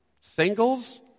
singles